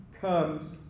comes